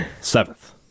Seventh